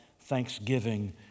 Thanksgiving